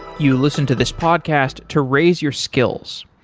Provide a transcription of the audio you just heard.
you listen to this podcast to raise your skills.